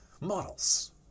models